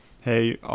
hey